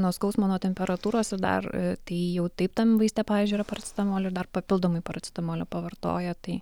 nuo skausmo nuo temperatūros ir dar tai jau taip tam vaiste pavyzdžiui yra paracetamolio dar papildomai paracetamolio pavartoja tai